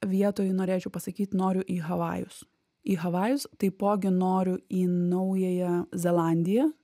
vietoj norėčiau pasakyt noriu į havajus į havajus taipogi noriu į naująją zelandiją